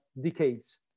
decades